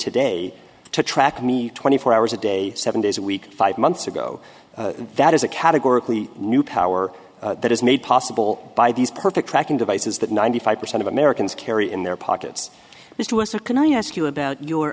today to track me twenty four hours a day seven days a week five months ago that is a categorically new power that is made possible by these perfect tracking devices that ninety five percent of americans carry in their pockets is to us or can i ask you about your